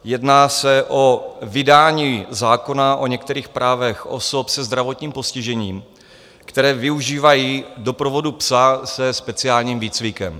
Jedná se o vydání zákona o některých právech osob se zdravotním postižením, které využívají doprovodu psa se speciálním výcvikem.